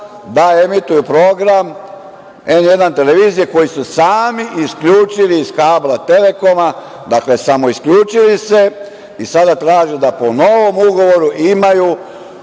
da emituju program N1 televizije koji su sami isključili iz kablova „Telekoma“, dakle, samoisključili se, i sada traže da po novom ugovoru imaju